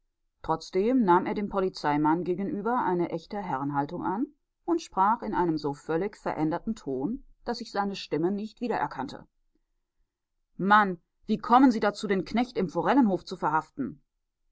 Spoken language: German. trotzdem nahm er dem polizeimann gegenüber eine echte herrenhaltung an und sprach in einem so völlig veränderten ton daß ich seine stimme nicht wiedererkannte mann wie kommen sie dazu den knecht im forellenhof zu verhaften